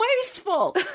wasteful